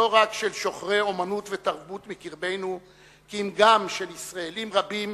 לא רק של שוחרי אמנות ותרבות בקרבנו כי אם גם של ישראלים רבים